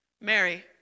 Mary